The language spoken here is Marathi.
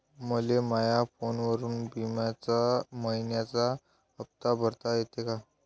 मले माया फोनवरून बिम्याचा मइन्याचा हप्ता भरता येते का?